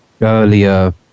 earlier